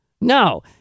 No